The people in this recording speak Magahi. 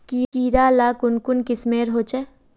कीड़ा ला कुन कुन किस्मेर होचए?